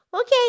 Okay